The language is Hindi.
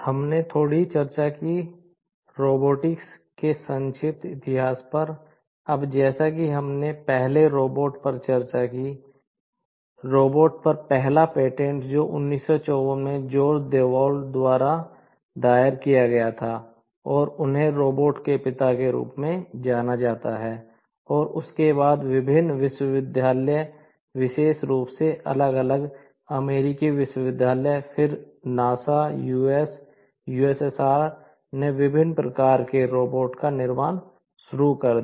हमने थोड़ी चर्चा की रोबोटिक का निर्माण शुरू कर दिया